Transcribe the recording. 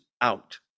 out